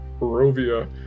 Barovia